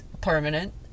permanent